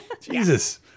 jesus